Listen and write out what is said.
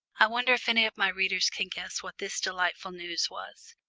i wonder if any of my readers can guess what this delightful news was?